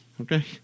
Okay